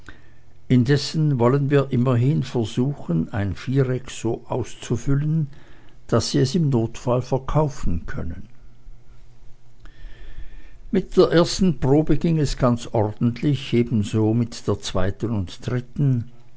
indessen wollen wir immerhin versuchen ein viereck so auszufüllen daß sie es im notfall verkaufen können mit der ersten probe ging es ganz ordentlich ebenso mit der zweiten und dritten